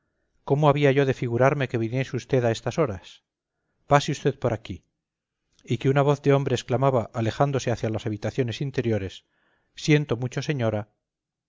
cómo había yo de figurarme que viniese usted a estas horas pase usted por aquí y que una voz de hombre exclamaba alejándose hacia las habitaciones interiores siento mucho señora